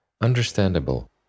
understandable